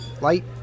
light